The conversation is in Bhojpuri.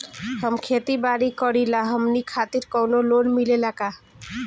हम खेती बारी करिला हमनि खातिर कउनो लोन मिले ला का?